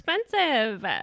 expensive